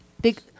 big